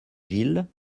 gille